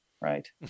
right